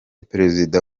perezida